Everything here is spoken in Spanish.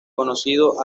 conocido